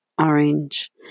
Orange